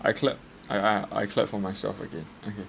I cleared I I cleared for myself again okay